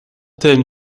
thème